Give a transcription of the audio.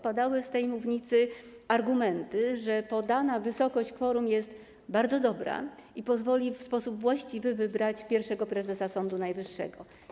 Padały z tej mównicy argumenty, że podana wysokość kworum jest bardzo dobra i pozwoli w sposób właściwy wybrać pierwszego prezesa Sądu Najwyższego.